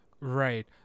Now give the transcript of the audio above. Right